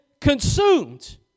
consumed